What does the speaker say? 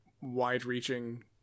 wide-reaching